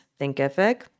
Thinkific